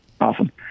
Awesome